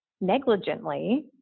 negligently